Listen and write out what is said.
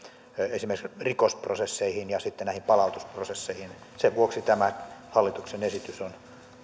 rikosprosesseihin ja palautusprosesseihin myös sen vuoksi tämä hallituksen esitys on